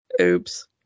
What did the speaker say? Oops